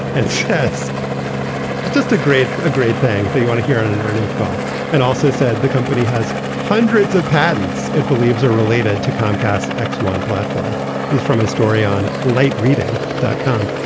and so yes it's just a great ah great thing that you want to hear on an earnings call and also said the company has hundreds of patents it believes are related to comcast x one platform from a story on late reading dot com.